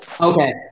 Okay